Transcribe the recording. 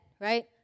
right